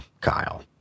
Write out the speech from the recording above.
Kyle